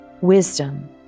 wisdom